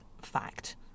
fact